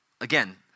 Again